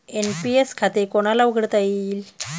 NPS खाते कोणाला उघडता येईल?